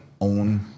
own